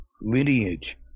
lineage